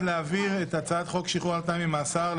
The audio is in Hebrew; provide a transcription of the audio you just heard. את סדר היום עם הצעת החוק לעניין ועדות